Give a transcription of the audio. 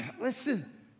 Listen